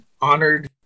honored